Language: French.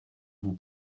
vous